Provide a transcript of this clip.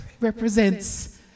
represents